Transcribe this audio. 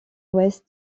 ouest